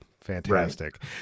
Fantastic